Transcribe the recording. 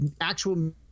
actual